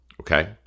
Okay